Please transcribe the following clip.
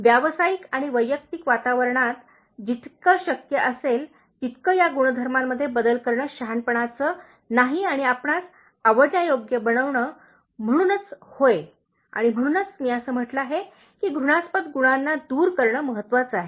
व्यावसायिक आणि वैयक्तिक वातावरणात जितके शक्य असेल तितके या गुणधर्मांमध्ये बदल करणे शहाणपणाचे नाही आणि आपणास आवडण्यायोग्य बनविणे म्हणूनच होय आणि म्हणूनच मी असे म्हटले आहे की घृणास्पद गुणांना दूर करणे खूप महत्वाचे आहे